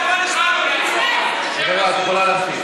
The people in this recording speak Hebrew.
זה המצב הקבוע שלו.